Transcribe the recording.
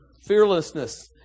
Fearlessness